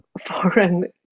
foreign